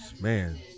Man